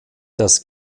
das